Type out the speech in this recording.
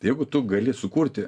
jeigu tu gali sukurti